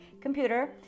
computer